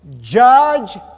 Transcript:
Judge